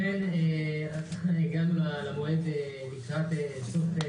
הגענו למועד האחרון.